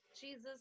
Jesus